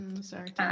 Sorry